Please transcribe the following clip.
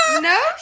No